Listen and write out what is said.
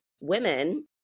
women